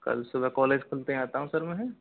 कल सुबह कॉलेज खुलते ही आता हूँ मैं हैं